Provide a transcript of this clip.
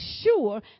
sure